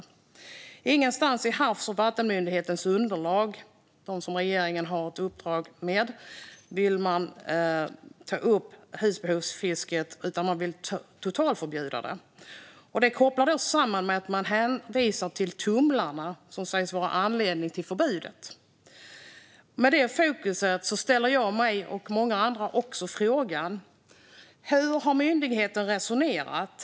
Men ingenstans i Havs och vattenmyndighetens underlag vill man ta upp husbehovsfisket, utan man vill totalförbjuda det. Man hänvisar till tumlarna, som sägs vara anledningen till förbudet. Med detta fokus ställer jag och många andra oss frågan: Hur har myndigheten resonerat?